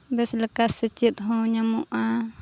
ᱵᱮᱥ ᱞᱮᱠᱟ ᱥᱮᱪᱮᱫᱦᱚᱸ ᱧᱟᱢᱚᱜᱼᱟ